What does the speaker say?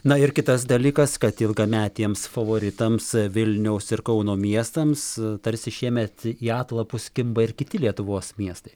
na ir kitas dalykas kad ilgametėms favoritams vilniaus ir kauno miestams tarsi šiemet į atlapus kimba ir kiti lietuvos miestai